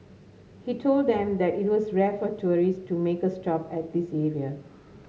he told them that it was rare for tourists to make a stop at this area